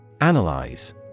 Analyze